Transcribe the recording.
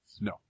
No